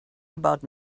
about